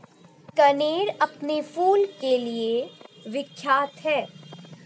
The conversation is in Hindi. कनेर अपने फूल के लिए विख्यात है